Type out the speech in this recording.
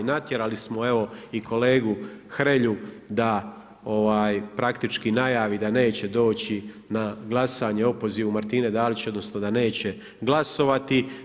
Natjerali smo evo i kolegu Hrelju da praktički najavi da neće doći na glasanje o opozivu Martine Dalić, odnosno da neće glasovati.